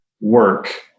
work